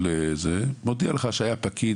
אני מודיע לך שהיה פקיד